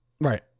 Right